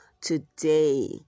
today